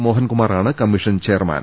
മോഹൻ കുമാറാണ് commission chairman